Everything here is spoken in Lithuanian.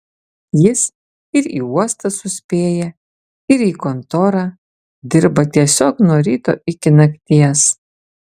jis ir į uostą suspėja ir į kontorą dirba tiesiog nuo ryto iki nakties